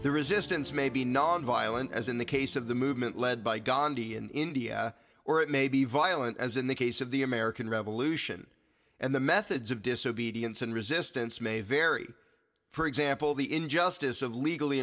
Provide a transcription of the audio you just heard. the resistance may be nonviolent as in the case of the movement led by gandhi in india or it may be violent as in the case of the american revolution and the methods of disobedience and resistance may vary for example the injustice of legally